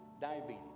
Diabetes